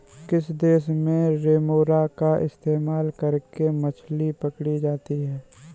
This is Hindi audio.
किस देश में रेमोरा का इस्तेमाल करके मछली पकड़ी जाती थी?